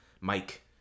mike